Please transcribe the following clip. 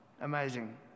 Amazing